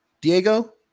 Diego